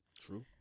True